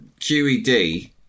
QED